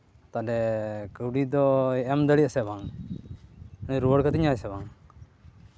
ᱛᱟᱦᱞᱮ ᱠᱟᱹᱣᱰᱤ ᱫᱚᱭ ᱮᱢ ᱫᱟᱲᱮᱜᱼᱟ ᱥᱮ ᱵᱟᱝ ᱮᱢ ᱨᱩᱣᱟᱹᱲ ᱠᱟᱹᱛᱤᱧᱟᱭ ᱥᱮ ᱵᱟᱝ